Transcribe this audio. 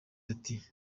ati